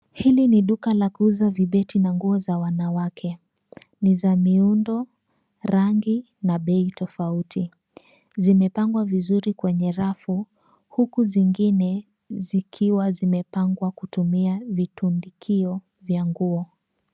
Hili ni duka la kuuza vibeti na nguo za wanawake. Bidhaa hizi ni za miundo, rangi na bei tofauti. Zimepangwa vizuri kwenye rafu, huku zingine zikiwa zimewekwa kwa kutumia vitu vya kuning’inizia.